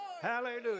Hallelujah